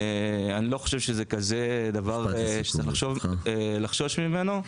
אני לא חושב שזה כזה דבר שצריך לחשוש ממנו.